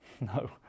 No